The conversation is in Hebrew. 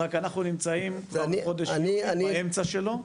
רק אנחנו נמצאים כבר חודש יולי באמצע שלו.